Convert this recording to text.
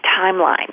timeline